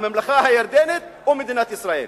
הממלכה הירדנית או מדינת ישראל?